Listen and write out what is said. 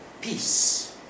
peace